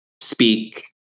speak